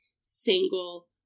single